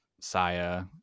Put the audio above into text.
Saya